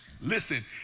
Listen